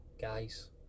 guys